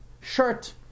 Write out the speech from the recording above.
shirt